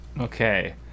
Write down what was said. Okay